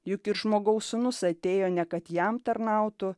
juk ir žmogaus sūnus atėjo ne kad jam tarnautų